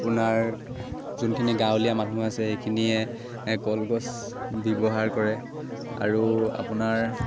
আপোনাৰ যোনখিনি গাঁৱলীয়া মানুহ আছে সেইখিনিয়ে কলগছ ব্যৱহাৰ কৰে আৰু আপোনাৰ